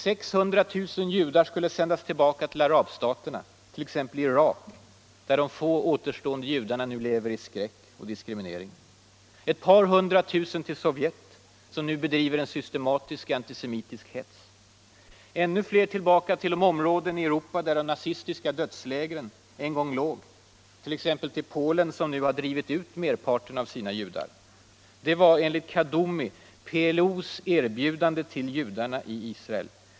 600 000 judar skulle sändas tillbaka till arabstaterna, t.ex. Irak, där de få återstående judarna nu lever i skräck och diskriminering. Ett par hundratusen till Sovjetunionen, som nu bedriver en systematisk antisemitisk hets. Ännu fler till de områden i Europa, där de nazistiska dödslägren en gång låg, tillbaka till t.ex. Polen, som drivit ut merparten av sina Judar. Det var, enligt Kaddoumi, PLO:s ”erbjudande” till judarna i Israel.